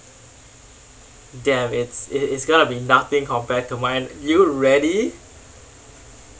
damn it's it's gonna be nothing compared to mine you ready